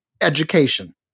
education